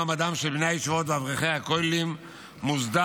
מעמדם של בני הישיבות ואברכי הכוללים מוסדר,